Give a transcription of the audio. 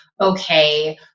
okay